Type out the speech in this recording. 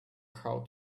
how